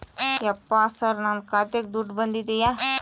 ಯಪ್ಪ ಸರ್ ನನ್ನ ಖಾತೆಗೆ ದುಡ್ಡು ಬಂದಿದೆಯ?